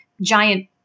giant